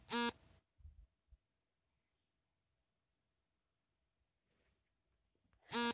rice huller ಅಕ್ಕಿಯನ್ನು polish ಮಾಡುವ ಸರಳ ಉಪಕರಣವಾಗಿದೆ